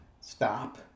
stop